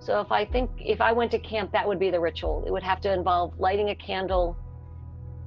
so if i think if i went to camp, that would be the ritual. it would have to involve lighting a candle